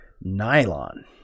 nylon